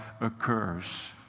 occurs